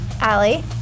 Allie